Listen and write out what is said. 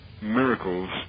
miracles